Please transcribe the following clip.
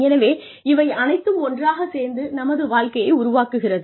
எனவே இவை அனைத்தும் ஒன்றாக சேர்ந்து நமது வாழ்க்கையை உருவாக்குகிறது